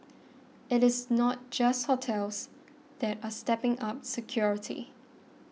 it is not just hotels that are stepping up security